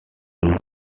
reus